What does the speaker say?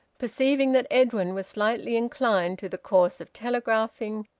perceiving that edwin was slightly inclined to the course of telegraphing,